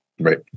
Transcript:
Right